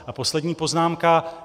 A poslední poznámka.